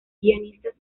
guionistas